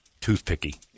toothpicky